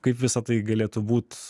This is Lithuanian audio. kaip visa tai galėtų būt